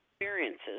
experiences